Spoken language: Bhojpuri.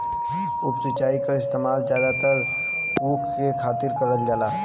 उप सिंचाई क इस्तेमाल जादातर ऊख के खातिर करल जाला